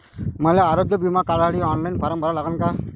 मले आरोग्य बिमा काढासाठी ऑनलाईन फारम भरा लागन का?